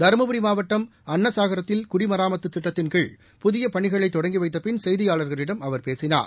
தருமபுரி மாவட்டம் அன்னசாகரத்தில் குடிமராமத்து திட்டத்தின்கீழ் புதிய பணிகளை தொடங்கி வைத்த பின் செய்தியாளர்களிடம் அவர் பேசினார்